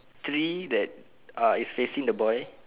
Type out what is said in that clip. three that are is facing the boy